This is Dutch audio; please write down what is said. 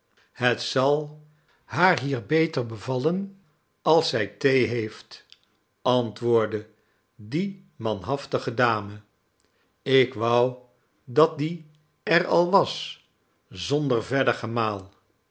het zal haar hier beter bevallen als zij thee heeft antwoordde die manhaftige dame ik won dat die er al was zonder verder gemaal